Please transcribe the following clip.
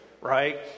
right